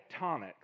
tectonics